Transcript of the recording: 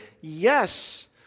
yes